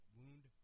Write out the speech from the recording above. wound